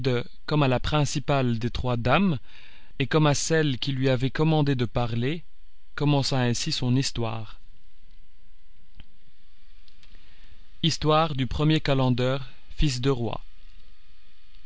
comme à la principale des trois dames et comme à celle qui lui avait commandé de parler commença ainsi son histoire histoire du premier calender fils de roi